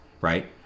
right